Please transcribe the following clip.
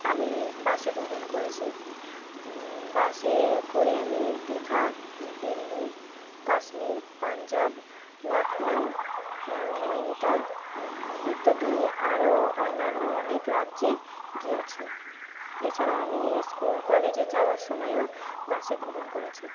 আমি বাসে ভ্রমণ করেছি বাসে করে আমি দীঘা দিল্লি কাশ্মীর পাঞ্জাব লক্ষ্ণৌ নৈনিতাল ইত্যাদি আরও অন্যান্য অনেক রাজ্যে গিয়েছি এছাড়াও আমি স্কুল কলেজে যাওয়ার সময়ও বাসে ভ্রমণ করেছি